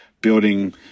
building